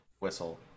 whistle